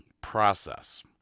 process